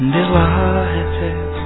Delighted